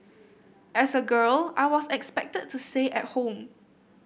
as a girl I was expected to stay at home